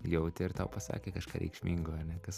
jautė ir tau pasakė kažką reikšmingo ane kas